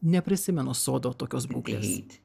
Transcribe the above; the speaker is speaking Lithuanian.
neprisimenu sodo tokios būklės